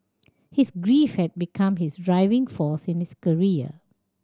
his grief had become his driving force in his career